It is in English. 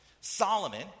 Solomon